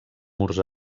murs